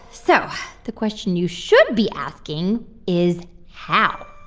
so the question you should be asking is how?